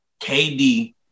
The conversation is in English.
KD